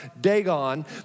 Dagon